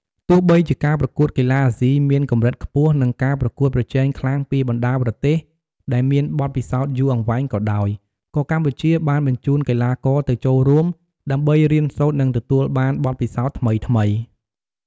ទោះបីជាការប្រកួតកីឡាអាស៊ីមានកម្រិតខ្ពស់ និងការប្រកួតប្រជែងខ្លាំងពីបណ្ដាប្រទេសដែលមានបទពិសោធន៍យូរអង្វែងក៏ដោយ ក៏កម្ពុជាបានបញ្ជូនកីឡាករទៅចូលរួម ដើម្បីរៀនសូត្រ និងទទួលបានបទពិសោធន៍ថ្មីៗ។